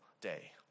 day